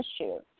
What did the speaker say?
issue